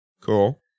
Cool